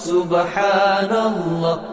Subhanallah